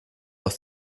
doch